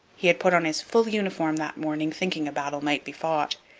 he had put on his full uniform that morning, thinking a battle might be fought.